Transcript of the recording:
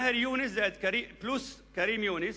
מאהר יונס פלוס כרים יונס,